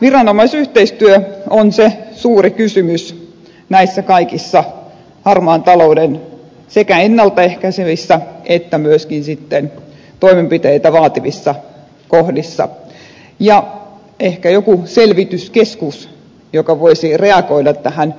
viranomaisyhteistyö on se suuri kysymys näissä kaikissa harmaan talouden sekä ennalta ehkäisevissä että myöskin toimenpiteitä vaativissa kohdissa ja ehkä joku selvityskeskus joka voisi hyvinkin reagoida tähän